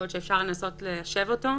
יכול להיות שאפשר לנסות ליישב אותו,